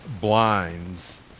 blinds